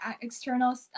external